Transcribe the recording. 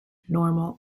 normal